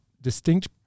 distinct